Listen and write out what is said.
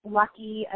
lucky